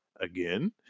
again